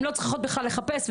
הן לא צריכות בכלל לחפש,